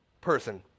person